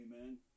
Amen